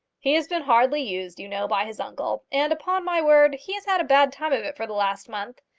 he has been hardly used, you know, by his uncle and, upon my word, he has had a bad time of it for the last month.